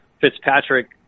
Fitzpatrick –